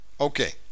Okay